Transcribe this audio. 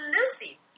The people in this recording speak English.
Lucy